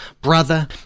brother